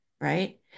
right